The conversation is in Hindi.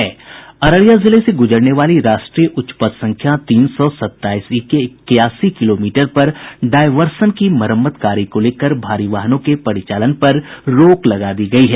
अररिया जिले से गुजरने वाली राष्ट्रीय उच्च पथ संख्या तीन सौ सताईस ई के इक्यासी किलोमीटर पर डायवर्सन की मरम्मत कार्य को लेकर भारी वाहनों के परिचालन पर रोक लगा दी गयी है